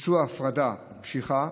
ביצוע הפרדה קשיחה,